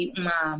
uma